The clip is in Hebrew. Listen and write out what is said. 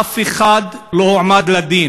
אף אחד לא הועמד לדין.